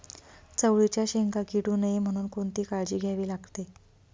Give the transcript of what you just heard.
चवळीच्या शेंगा किडू नये म्हणून कोणती काळजी घ्यावी लागते?